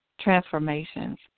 transformations